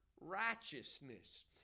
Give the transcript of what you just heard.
righteousness